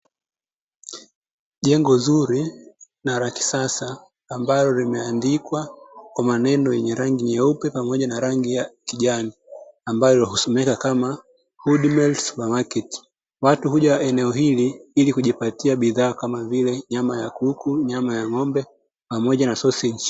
Jengo zuri na la kisasa, ambalo limeandikwa kwa maneno yenye rangi nyeupe pamoja na rangi ya kijani, ambayo husomeka kama "Gudimatisi Supa maketi". Watu huja eneo hili ili kujipatia bidhaa, kama vile; nyama ya kuku, nyama ya ng'ombe pamoja na soseji.